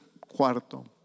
cuarto